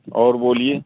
اور بولیے